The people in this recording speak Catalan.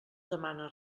demana